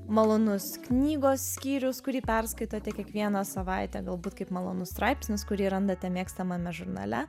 malonus knygos skyrius kurį perskaitote kiekvieną savaitę galbūt kaip malonus straipsnis kurį randate mėgstamame žurnale